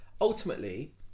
ultimately